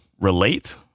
relate